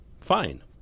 fine